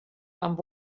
amb